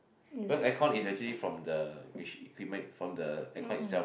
because air con is actually from the equipment from the air con itself